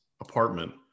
apartment